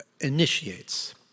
initiates